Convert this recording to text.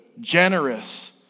generous